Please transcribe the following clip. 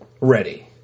ready